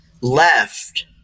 left